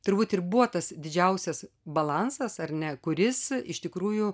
turbūt ir buvo tas didžiausias balansas ar ne kuris iš tikrųjų